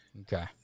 Okay